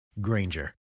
Granger